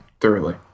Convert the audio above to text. thoroughly